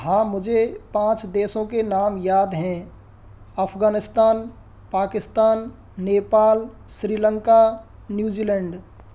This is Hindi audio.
हाँ मुझे पाँच देशों के नाम याद हैं अफ़गानिस्तान पाकिस्तान नेपाल श्रीलंका न्यूज़ीलैंड